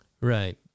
Right